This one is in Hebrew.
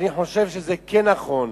אני חושב שזה כן נכון,